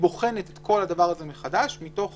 בוחנת את כל הדבר הזה מחדש מתוך